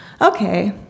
Okay